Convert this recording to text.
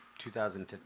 2015